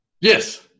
Yes